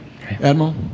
Admiral